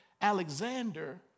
Alexander